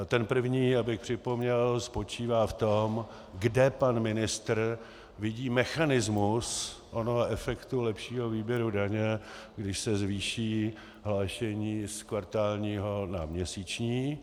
Ten první, abych připomněl, spočívá v tom, kde pan ministr vidí mechanismus onoho efektu lepšího výběru daně, když se zvýší hlášení z kvartálního na měsíční.